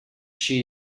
she